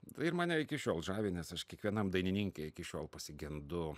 tai ir mane iki šiol žavi nes aš kiekvienam dainininke iki šiol pasigendu